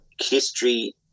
history